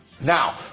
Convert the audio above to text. Now